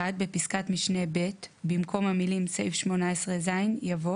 בפסקת משנה (ב) במקום המילים "סעיף 18(ז)" יבוא